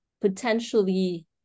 potentially